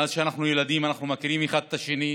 מאז שאנחנו ילדים אנחנו מכירים אחד את השני.